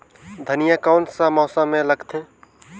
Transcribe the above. धनिया कोन सा मौसम मां लगथे?